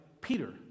Peter